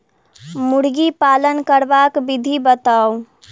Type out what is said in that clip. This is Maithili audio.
मुर्गी पालन करबाक विधि बताऊ?